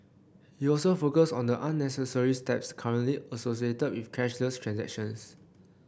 he also focused on the unnecessary steps currently associated with cashless transactions